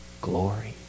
glory